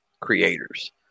creators